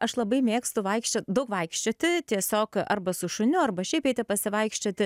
aš labai mėgstu vaikščiot daug vaikščioti tiesiog arba su šuniu arba šiaip eiti pasivaikščioti